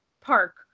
park